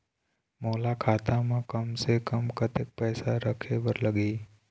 मोला खाता म कम से कम कतेक पैसा रखे बर लगही?